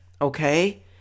okay